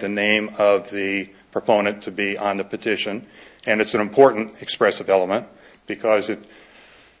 the name of the proponent to be on the petition and it's an important expressive element because it